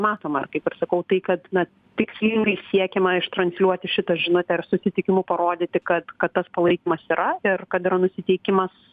matoma ar kaip ir sakau tai kad na tikslingai siekiama ištransliuoti šitą žinutę ar susitikimu parodyti kad tas palaikymas yra ir kad yra nusiteikimas